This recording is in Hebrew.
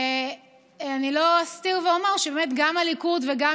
אני לא אסתיר ואומר שבאמת גם הליכוד וגם